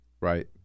right